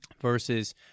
versus